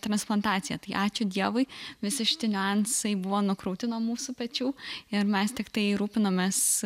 transplantacija tai ačiū dievui visi šitie niuansai buvo nukrauti nuo mūsų pečių ir mes tiktai rūpinomės